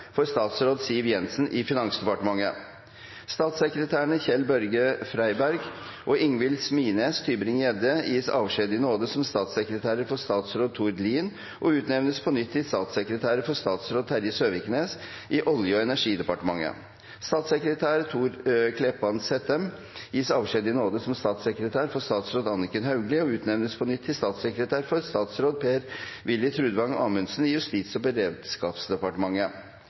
for statsråd Siv Jensen i Finansdepartementet. Statssekretærene Kjell-Børge Freiberg og Ingvil Smines Tybring-Gjedde gis avskjed i nåde som statssekretærer for statsråd Tord Lien og utnevnes på nytt til statssekretærer for statsråd Terje Søviknes i Olje- og energidepartementet. Statssekretær Thor Kleppen Sættem gis avskjed i nåde som statssekretær for statsråd Anniken Hauglie og utnevnes på nytt til statssekretær for statsråd Per-Willy Trudvang Amundsen i Justis- og beredskapsdepartementet.